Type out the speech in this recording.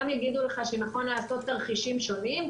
יגידו לך שנכון לעשות תרחישים שונים,